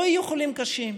לא יהיו חולים קשים,